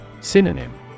Synonym